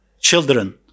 children